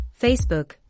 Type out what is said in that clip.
Facebook